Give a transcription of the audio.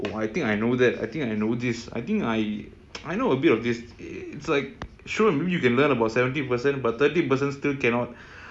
a person with a lot of information but never becoming a wise person and I feel like that's one of those traits that